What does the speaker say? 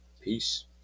peace